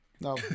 No